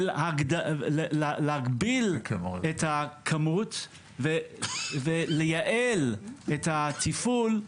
ולהגביל את הכמות ולייעל את התפעול,